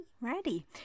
Ready